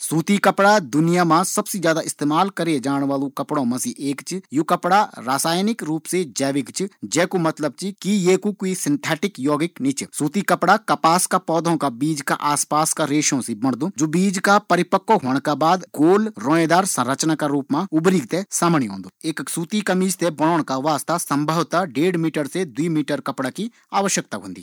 सूती कपड़ा दुनिया मा सबसी ज्यादा इस्तेमाल करए जाण वालू कपड़ा च यु कपास का रेशो सी तैयार होन्दु और एक सूती कमीज बणोंण का वास्ता करीब एक दशमलव पांच मीटर से दो मीटर तक सूती कपड़ा कु इस्तेमाल होन्दु